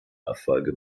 erfolge